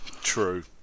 True